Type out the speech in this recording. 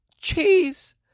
cheese